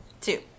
Two